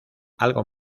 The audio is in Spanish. algo